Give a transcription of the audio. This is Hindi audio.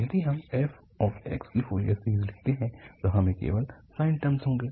यदि हम fx की फोरियर सीरीज़ लिखते हैं तो इसमें केवल साइन टर्म होंगे